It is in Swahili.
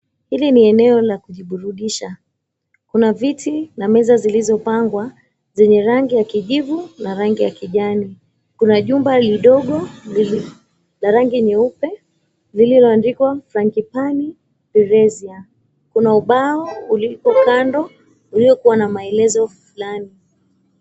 Hili ni eneo la kujiburudisha. Kuna viti na meza zilizopangwa, zenye rangi ya kijivu na rangi ya kijani. Kuna jumba lidogo la rangi nyeupe, lililoandikwa, Frangipani Pizzeria. Kuna ubao uliko kando uliokuwa na maelezo fulani.